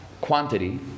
quantity